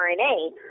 RNA